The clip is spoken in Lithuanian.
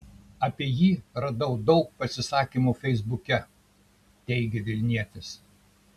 apie jį radau daug pasisakymų feisbuke teigė vilnietis